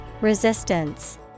Resistance